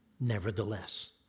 Nevertheless